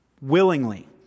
willingly